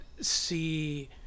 see